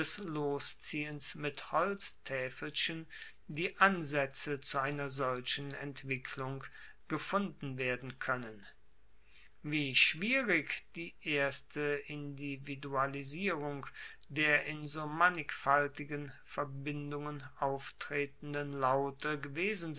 losziehens mit holztaefelchen die ansaetze zu einer solchen entwicklung gefunden werden koennen wie schwierig die erste individualisierung der in so mannigfaltigen verbindungen auftretenden laute